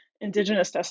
indigenous